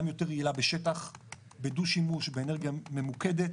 גם יותר יעילה בשטח, בדו-שימוש, באנרגיה ממוקדת,